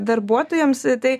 darbuotojams tai